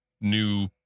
new